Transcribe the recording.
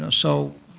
and so